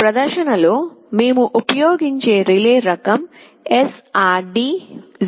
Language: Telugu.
మా ప్రదర్శనలో మేము ఉపయోగించే రిలే రకం SRD 05DC SL C